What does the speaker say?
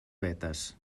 vetes